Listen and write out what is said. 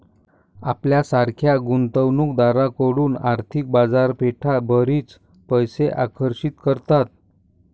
आपल्यासारख्या गुंतवणूक दारांकडून आर्थिक बाजारपेठा बरीच पैसे आकर्षित करतात